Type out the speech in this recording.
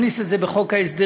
נכניס את זה בחוק ההסדרים,